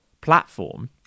platform